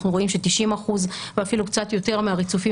אנחנו רואים ש-90% ואפילו קצת יותר מהריצופים